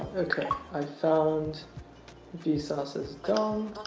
okay, i found vsauce's dong.